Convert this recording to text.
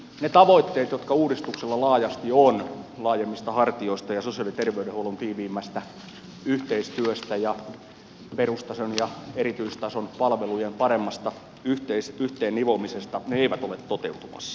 ne tavoitteet laajemmista hartioista ja sosiaali ja terveydenhuollon tiiviimmästä yhteistyöstä ja perustason ja erityistason palvelujen paremmasta yhteen nivomisesta jotka uudistuksella laajasti on eivät ole toteutumassa